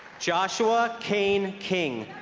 joshua cain king